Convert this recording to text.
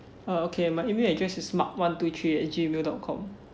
oh K my email address is mark one two three at gmail dot com